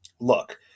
look